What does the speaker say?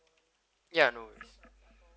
ya no